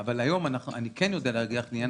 היום אני כן יודע להגיד לך לעניין